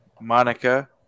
Monica